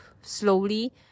slowly